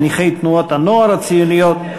חניכי תנועות הנוער הציוניות,